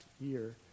year